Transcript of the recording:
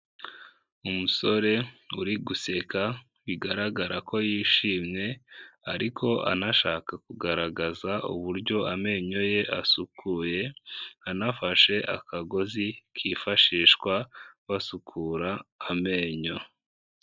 Umusore uri guseka bigaragara ko yishimye ariko anashaka kugaragaza uburyo amenyo ye asukuye, anafashe akagozi kifashishwa basukura amenyo.